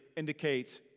indicates